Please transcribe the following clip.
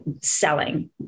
selling